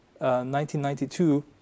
1992